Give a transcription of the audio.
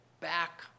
back